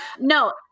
No